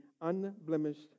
unblemished